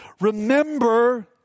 Remember